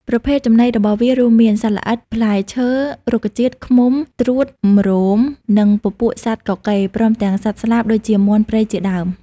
ប្រភេទចំណីរបស់វារួមមាន សត្វល្អិត ផ្លែឈើ រុក្ខជាតិ ឃ្មុំ ព្រួត ម្រោម និងពពួកសត្វកកេរ ព្រមទាំងសត្វស្លាប ដូចជាមាន់ព្រៃជាដើម។